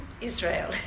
Israel